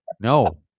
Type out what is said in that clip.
no